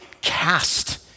cast